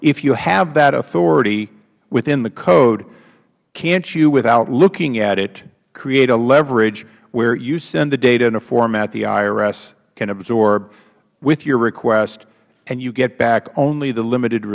if you have that authority within the code cant you without looking at it create a leverage where you send the data in a format the irs can absorb with your request and you get back only the limited